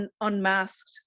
unmasked